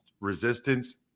resistance